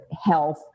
health